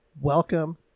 welcome